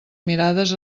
mirades